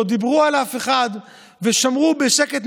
לא דיברו על אף אחד ושמרו בשקט,